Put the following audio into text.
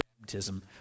baptism